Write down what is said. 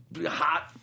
hot